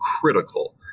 critical